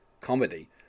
comedy